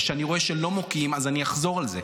וכשאני רואה שלא מוקיעים, אני אחזור על זה.